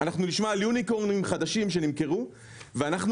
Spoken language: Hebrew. אנחנו נשמע על יוניקורנים חדשים שנמכרו ואנחנו